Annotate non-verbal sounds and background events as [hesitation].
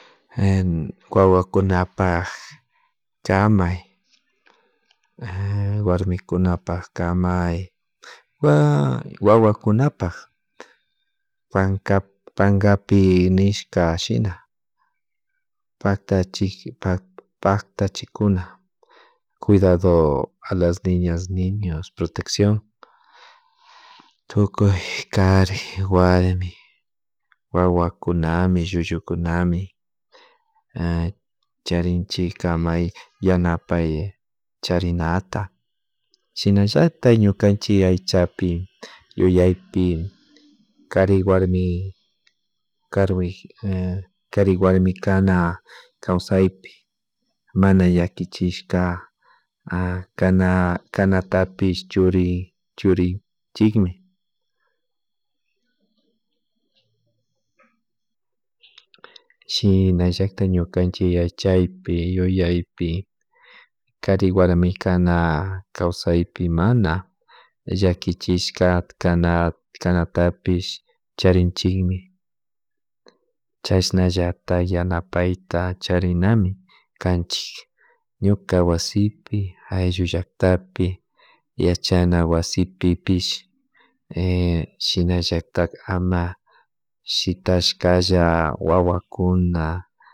[hesitation] wawakunapak kamay [hesitation] warmikunapak kamay [hesitation] wawakunapak panka pankapi nishka shina patachik [hesitation] pakatachikuna cuidado a las niñas niños protección tukuy kari warmi wawakunami llullukunami [hesitation] charinchik kamay yanapay charinata shinallatak ñukanchik aychapi yuyaypi kari warmi karu [hesitation] kari warmi kana kawsaypi mana llakichishka [hesitation] kana kanata pish churi churichikmi shinallatak ñukanchik aychaypi yuyaypi kari warmi kana kawsaypi mana llakichishka kana kantapish charinchikmi chasnallatak yanapayta charinami kanchik ñuka wasipi ayllu llaktapi yachana wasipipish [hesitation] shina llatakta ama shitashkalla wawakuna